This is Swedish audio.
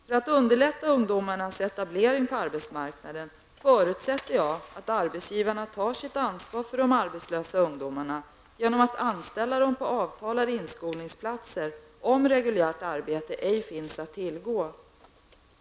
För att underlätta ungdomarnas etablering på arbetsmarknaden förutsätter jag att arbetsgivarna tar sitt ansvar för de arbetslösa ungdomarna genom att anställa dem på avtalade inskolningsplatser om reguljärt arbete ej finns att tillgå.